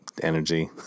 energy